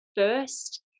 First